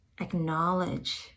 acknowledge